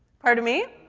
pardon me?